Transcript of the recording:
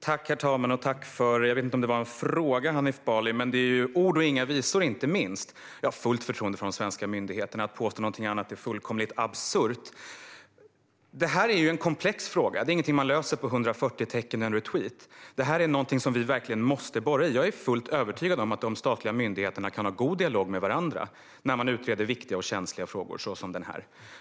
Herr talman! Jag vet inte om Hanif Bali ställde någon fråga, men det var ju inte minst ord och inga visor. Jag har fullt förtroende för de svenska myndigheterna. Att påstå något annat är fullkomligt absurt. Det här är en komplex fråga och ingenting som man löser på 140 tecken i en tweet. Det här är någonting som vi verkligen måste borra i. Jag är fullt övertygad om att de statliga myndigheterna kan ha en god dialog med varandra när de utreder viktiga och känsliga frågor såsom denna.